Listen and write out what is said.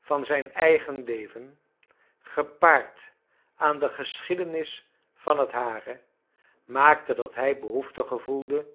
van zijn eigen leven gepaard aan de geschiedenis van het hare maakten dat hij behoefte gevoelde